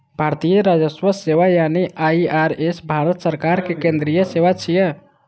भारतीय राजस्व सेवा यानी आई.आर.एस भारत सरकार के केंद्रीय सेवा छियै